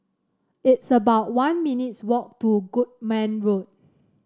it's about one minutes' walk to Goodman Road